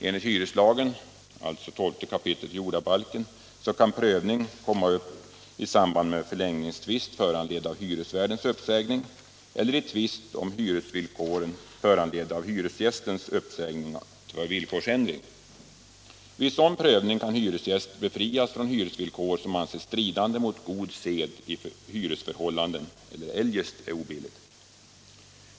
Enligt hyreslagen, alltså 12 kap. jordabalken, kan prövning komma upp i samband med förlängningstvist föranledd av hyresvärdens uppsägning eller vid tvist om hyresvillkoren föranledd av hyresgästens uppsägning för villkorsändring enligt 54 §. Vid sådan prövning kan hyresgäst befrias från hyresvillkor som anses stridande mot god sed i hyresförhållanden eller eljest obilligt.